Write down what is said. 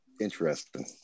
interesting